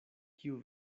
kiu